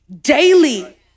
daily